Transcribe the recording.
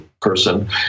person